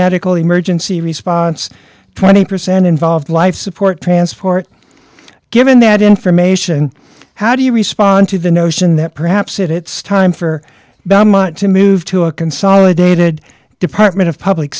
medical emergency response twenty percent involved life support transport given that information how do you respond to the notion that perhaps it it's time for belmont to move to a consolidated department of public